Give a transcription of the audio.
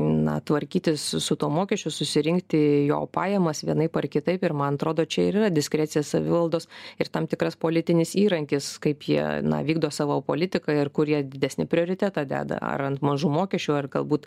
na tvarkytis su tuo mokesčiu susirinkti jo pajamas vienaip ar kitaip ir man atrodo čia ir yra diskrecija savivaldos ir tam tikras politinis įrankis kaip jie na vykdo savo politiką ir kur didesnį prioritetą deda ar ant mažų mokesčių ar galbūt